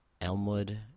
Elmwood